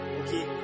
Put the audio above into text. okay